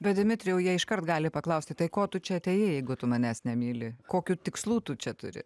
bet dimitrijau jie iškart gali paklausti tai ko tu čia atėjai jeigu tu manęs nemyli kokių tikslų tu čia turi